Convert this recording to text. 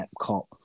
Epcot